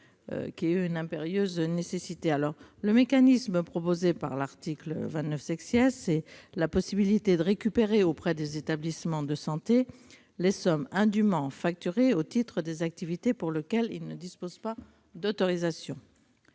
qui est une impérieuse nécessité. Le mécanisme prévu par cet article, à savoir la possibilité de récupérer auprès des établissements de santé les sommes indûment facturées au titre des activités pour lesquelles ils ne disposent pas d'autorisation,